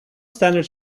standards